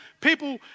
people